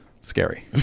scary